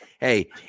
hey